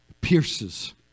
Pierces